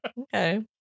Okay